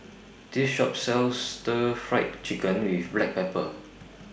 This Shop sells Stir Fried Chicken with Black Pepper